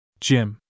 Jim